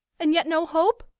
and yet no hope?